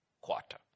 quarter